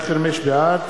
בעד